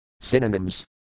Synonyms